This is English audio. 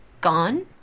Gone